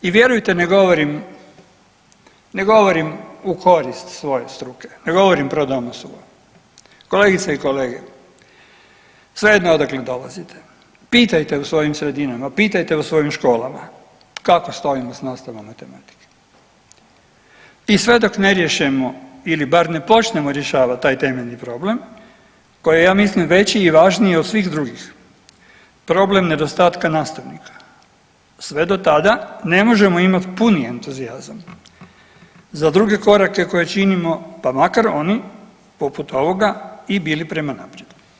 I vjerujte ne govorim u korist svoje struke, ne govorim pro dom osuo, kolegice i kolege, svejedno je odakle dolazite pitajte u svojim sredinama, pitajte u svojim školama kako stojimo s nastavom matematike i sve dok ne riješimo ili bar ne počnemo rješavati taj temeljni problem koji je ja mislim veći i važniji od svih drugih, problem nedostatka nastavnika, sve do tada ne možemo imati puni entuzijazam za druge korake koje činimo pa makar oni poput ovoga i bili prema naprijed.